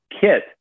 kit